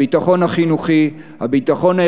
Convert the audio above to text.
הביטחון החינוכי,